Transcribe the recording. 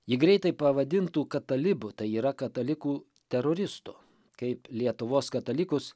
jį greitai pavadintų katalibu tai yra kataliku teroristu kaip lietuvos katalikus